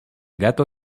gato